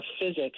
physics